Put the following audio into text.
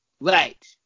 Right